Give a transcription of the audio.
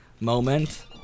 moment